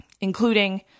including